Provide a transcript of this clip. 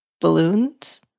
balloons